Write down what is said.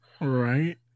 Right